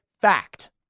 fact